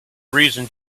reason